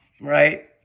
right